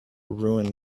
ruin